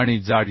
आणि जाडी